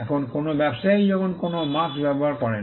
এখন কোনও ব্যবসায়ী যখন তিনি কোনও মার্ক্স্ ব্যবহার করেন